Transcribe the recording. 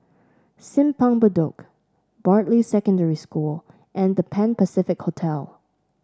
Simpang Bedok Bartley Secondary School and The Pan Pacific Hotel